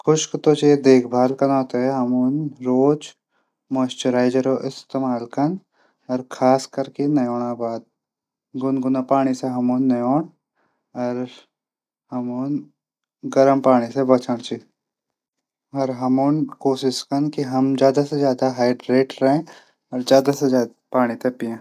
खुष्क त्वचा देखभाल कनू त्वे हमन रोज मोचराइजर इस्तेमाल कन खासकर नैहैणो बाद। गुनगुनाना पाणी से हमन नैहण गर्म पाणी से बचण च और हमन कोशिश कन की ज्यादा से ज्यादा डिहाइड्रे रैण। और ज्यादा से ज्यादा पाणी पीण।